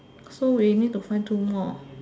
so we need to find two more